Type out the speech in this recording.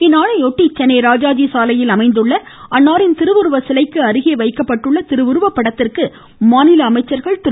இந்நாளையொட்டி சென்னை ராஜாஜி சாலையில் அமைந்துள்ள அன்னாரின் திருவுருவ சிலைக்கு அருகில் வைக்கப்பட்டிருந்த திருவுருவ படத்திற்கு மாநில அமைச்சர்கள் திரு